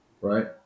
Right